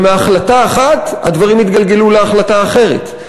ומהחלטה אחת הדברים התגלגלו להחלטה אחרת,